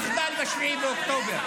היא גם אחראית למחדל ב-7 באוקטובר.